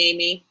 Amy